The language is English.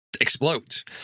explodes